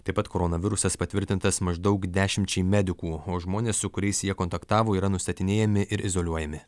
taip pat koronavirusas patvirtintas maždaug dešimčiai medikų o žmonės su kuriais jie kontaktavo yra nustatinėjami ir izoliuojami